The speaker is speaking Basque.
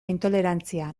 intolerantzia